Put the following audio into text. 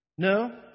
No